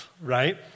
right